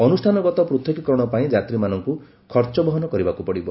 ଅନୁଷ୍ଠାନଗତ ପୃଥକୀକରଣ ପାଇଁ ଯାତ୍ରୀମାନଙ୍କୁ ଖର୍ଚ୍ଚ ବହନ କରିବାକୁ ପଡ଼ିବ